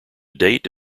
date